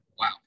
wow